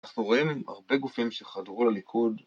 ‫אנחנו רואים הרבה גופים ‫שחדרו לליכוד.